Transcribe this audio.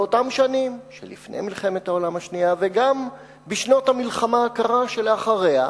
באותן שנים של לפני מלחמת העולם השנייה וגם בשנות המלחמה הקרה שלאחריה,